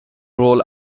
role